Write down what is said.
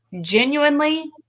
genuinely